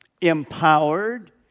empowered